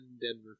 Denver